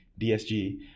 DSG